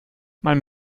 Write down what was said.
mein